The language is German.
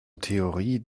theorie